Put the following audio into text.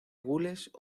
gules